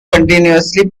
continuously